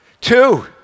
Two